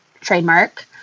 trademark